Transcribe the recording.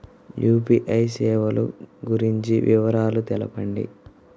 UPI సేవలు గురించి వివరాలు తెలుపండి?